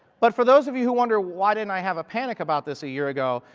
but for those of you who wonder why didn't i have a panic about this a year ago,